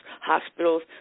hospitals